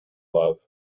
love